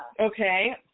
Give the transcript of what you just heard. okay